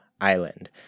island